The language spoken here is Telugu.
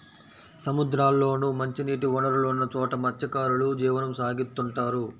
సముద్రాల్లోనూ, మంచినీటి వనరులున్న చోట మత్స్యకారులు జీవనం సాగిత్తుంటారు